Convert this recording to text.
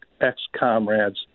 ex-comrades